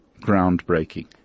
groundbreaking